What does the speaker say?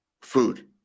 food